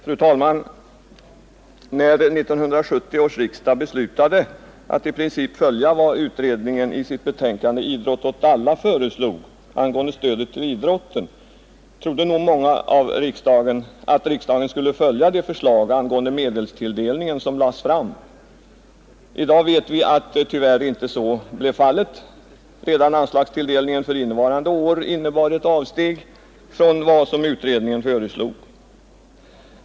Fru talman! När 1970 års riksdag beslutade att i princip följa vad utredningen i sitt betänkande ”Idrott åt alla” föreslog angående stöd till idrotten trodde nog många att riksdagen skulle följa de förslag angående medelstilldelningen som lades fram. I dag vet vi att så tyvärr inte blev fallet. Redan anslagstilldelningen för innevarande år innebar ett avsteg från vad utredningen föreslog.